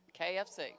KFC